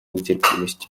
нетерпимости